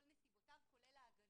נסיבותיו כולל ההגנות.